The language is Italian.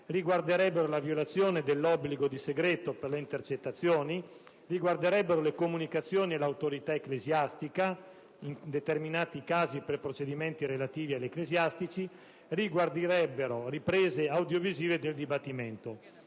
a terzi, la violazione dell'obbligo di segreto per le intercettazioni, le comunicazioni all'autorità ecclesiastica (in determinati casi, per procedimenti relativi ad ecclesiastici) e le riprese audiovisive del dibattimento.